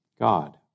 God